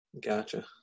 Gotcha